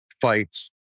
fights